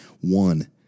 One